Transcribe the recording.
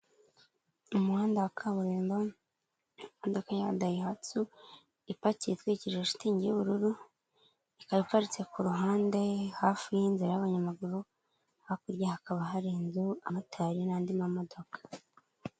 Umuhanda wa kaburimbo urimo imodoka ya dayihatsu ipakiye itwikirije shitingi y'ubururu ikaba iparitse ku ruhande hafi y'inzira y'abanyamaguru, hakurya hakaba hari inzu, abamotari n'andi mamodoka.